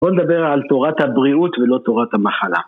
בואו נדבר על תורת הבריאות ולא תורת המחלה.